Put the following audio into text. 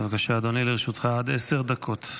בבקשה, אדוני, לרשותך עד עשר דקות.